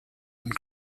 and